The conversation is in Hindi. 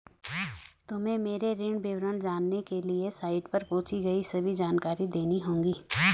तुम्हें मेरे ऋण विवरण जानने के लिए साइट पर पूछी गई सभी जानकारी देनी होगी